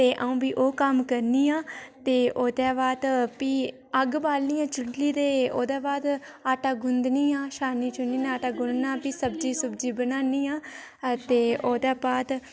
ते अ'ऊं प्ही ओह् कम्म करनी आं ते ओह्दे बाद प्ही अग्ग बालनी आं चु'ल्ली ते ओह्दे बाद आटा गु'न्ननी आं छा'नी छू'नियै आटा गु'न्नना ते प्ही सब्जी सुब्जी बनानी आं ते ओह्दे बाद